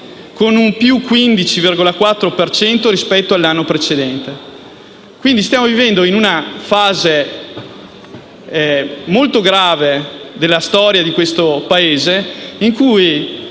con un +15,4 per cento rispetto all'anno precedente. Quindi stiamo vivendo in una fase molto grave della storia di questo Paese, in cui